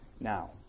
now